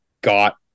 got